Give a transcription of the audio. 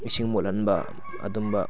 ꯏꯁꯤꯡ ꯃꯣꯠꯍꯟꯕ ꯑꯗꯨꯝꯕ